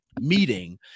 meeting